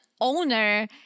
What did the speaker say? owner